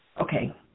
Okay